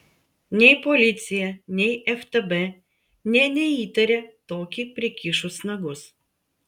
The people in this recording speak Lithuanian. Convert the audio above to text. nei policija nei ftb nė neįtarė tokį prikišus nagus